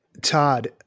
Todd